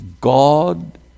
God